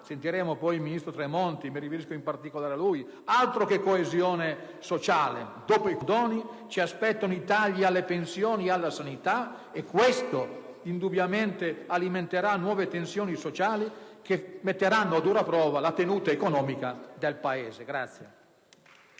Sentiremo poi il ministro Tremonti, al quale in particolare mi riferisco, ma altro che coesione sociale: dopo i condoni ci aspettano i tagli alle pensioni e alla sanità e questo indubbiamente alimenterà nuove tensioni sociali che metteranno a dura prova la tenuta economica del Paese.